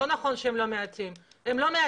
הם לא מעטים,